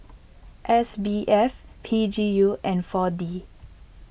S B F P G U and four D